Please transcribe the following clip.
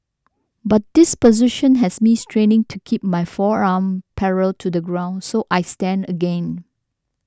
but this position has me straining to keep my forearm parallel to the ground so I stand again